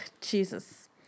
Jesus